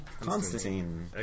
Constantine